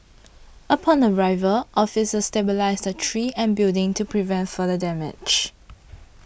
upon arrival officers stabilised the tree and building to prevent further damage